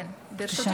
בבקשה.